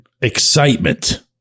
excitement